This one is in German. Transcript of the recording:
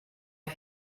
ich